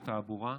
התעבורה.